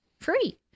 free